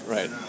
Right